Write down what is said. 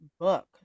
book